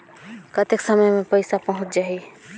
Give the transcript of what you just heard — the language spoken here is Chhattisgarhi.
कतेक समय मे पइसा पहुंच जाही?